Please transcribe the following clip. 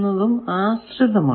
എന്നതും ആശ്രിതമാണ്